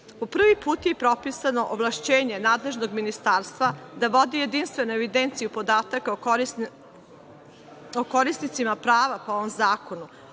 prvi put je propisano ovlašćenje nadležnog ministarstva da vodi jedinstvenu evidenciju podataka o korisnicima prava po ovom zakonu,